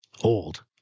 old